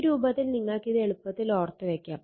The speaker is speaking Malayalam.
ഈ രൂപത്തിൽ നിങ്ങൾക്കിത് എളുപ്പത്തിൽ ഓർത്തു വെക്കാം